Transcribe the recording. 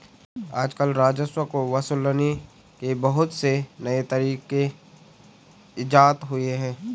आजकल राजस्व को वसूलने के बहुत से नये तरीक इजात हुए हैं